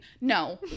No